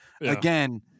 again